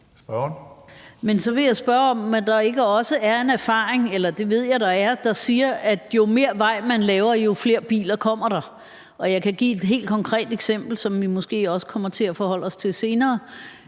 Så vil jeg spørge, om der ikke også er en erfaring – det ved jeg at der er – der siger, at jo mere vej man laver, jo flere biler kommer der. Jeg kan give et helt konkret eksempel, som vi måske også kommer til at forholde os til senere: